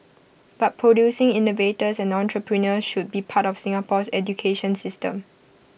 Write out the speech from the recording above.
but producing innovators and entrepreneurs should be part of Singapore's education system